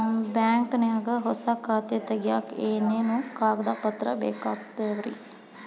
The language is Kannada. ನಿಮ್ಮ ಬ್ಯಾಂಕ್ ನ್ಯಾಗ್ ಹೊಸಾ ಖಾತೆ ತಗ್ಯಾಕ್ ಏನೇನು ಕಾಗದ ಪತ್ರ ಬೇಕಾಗ್ತಾವ್ರಿ?